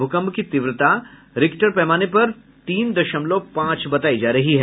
भूकंप की तीव्रता रिक्टर पैमाने पर तीन दशमलव पांच बतायी जा रही है